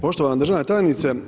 Poštovana državna tajnice.